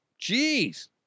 Jeez